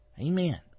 Amen